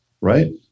Right